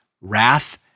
wrath